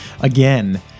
again